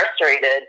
incarcerated